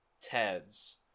Ted's